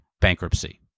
bankruptcy